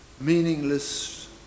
meaningless